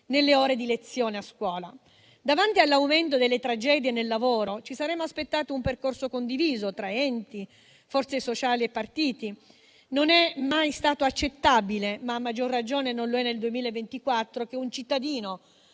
nelle ore di lezione a scuola. Davanti all'aumento delle tragedie nel lavoro, ci saremmo aspettati un percorso condiviso tra enti, forze sociali e partiti. Non è mai stato accettabile, a maggior ragione non lo è nel 2024, che un cittadino